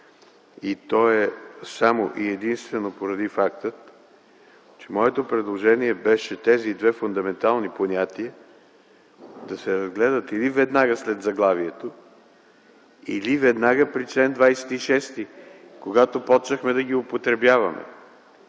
и то е само и единствено поради факта, че моето предложение беше тези две фундаментални понятия да се разгледат или веднага след заглавието, или веднага при чл. 26, когато започнахме да ги употребяваме.